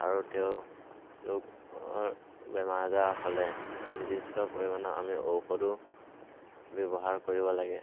আৰু তেওঁৰ লোকৰ বেমাৰ আজাৰ হ'লে নিৰ্দিষ্ট পৰিমাণৰ আমি ঔষধো ব্যৱহাৰ কৰিব লাগে